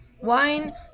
Wine